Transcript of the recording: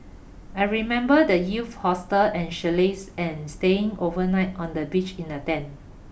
I remember the youth hostels and chalets and staying overnight on the beach in a tent